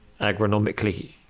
agronomically